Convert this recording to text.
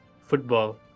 football